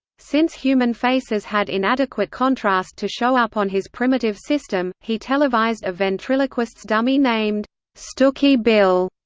since human faces had inadequate contrast to show up on his primitive system, he televised a ventriloquist's dummy named stooky bill,